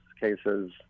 cases